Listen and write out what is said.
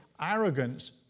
arrogance